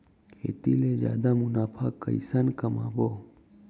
खेती ले जादा मुनाफा कइसने कमाबो?